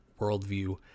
worldview